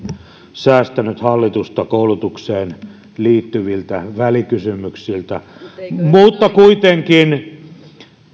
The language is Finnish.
säästänyt hallitusta koulutukseen liittyviltä välikysymyksiltä mutta kuitenkin